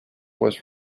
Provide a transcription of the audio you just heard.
was